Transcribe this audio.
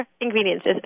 ingredients